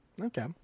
Okay